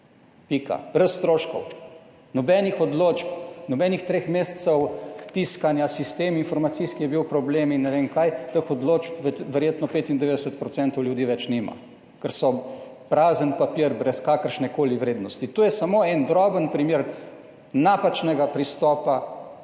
Brez stroškov, nobenih odločb, nobenih treh mesecev tiskanja, sistem informacijski je bil problem in ne vem kaj, teh odločb verjetno 95 % ljudi več nima, ker so prazen papir brez kakršnekoli vrednosti. To je samo en droben primer napačnega pristopa,